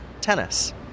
tennis